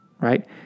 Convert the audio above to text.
right